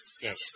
Yes